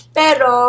pero